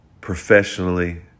professionally